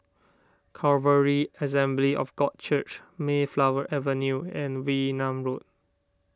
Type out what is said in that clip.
Calvary Assembly of God Church Mayflower Avenue and Wee Nam Road